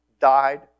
died